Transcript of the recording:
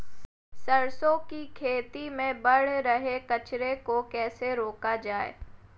सरसों की खेती में बढ़ रहे कचरे को कैसे रोका जाए?